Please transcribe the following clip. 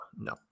no